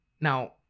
Now